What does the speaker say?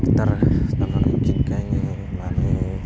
guitar दामनानै गिट गायनो मानो